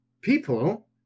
people